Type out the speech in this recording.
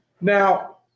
Now